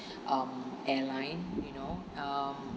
um airline you know um